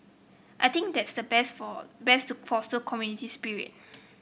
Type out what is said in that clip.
I think that's the best best to foster community spirit